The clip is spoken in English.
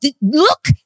Look